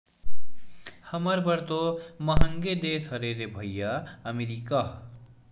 हमर बर तो मंहगे देश हरे रे भइया अमरीका ह